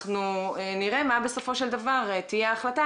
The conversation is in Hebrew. ונראה מה בסופו של דבר תהיה ההחלטה